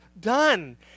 done